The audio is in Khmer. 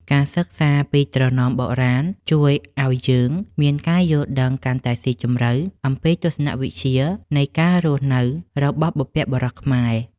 ការសិក្សាពីត្រណមបុរាណជួយឱ្យយើងមានការយល់ដឹងកាន់តែស៊ីជម្រៅអំពីទស្សនវិជ្ជានៃការរស់នៅរបស់បុព្វបុរសខ្មែរ។